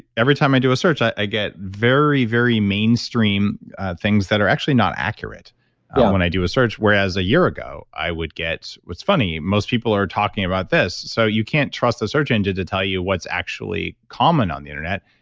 every time i do a search, i get very, very mainstream things that are actually not accurate when i do a search whereas a year ago, i would get. what's funny, most people are talking about this, so you can't trust the search engine to tell you what's actually common on the internet.